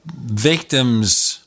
victims